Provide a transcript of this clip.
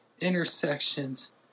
intersections